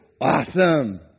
Awesome